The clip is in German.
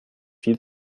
viel